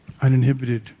uninhibited